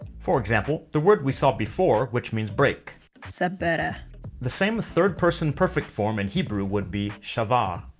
for example, the word we saw before which means break sabbara the same third-person perfect form in hebrew would be shavar.